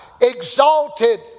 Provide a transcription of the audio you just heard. exalted